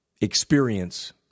experience